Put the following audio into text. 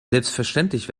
selbstverständlich